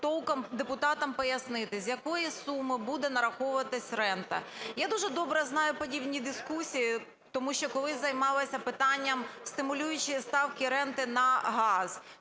толком депутатам пояснити, з якої суми буде нараховуватись рента. Я дуже добре знаю подібні дискусії, тому що колись займалася питанням стимулюючої ставки ренти на газ.